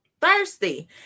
Thirsty